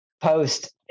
Post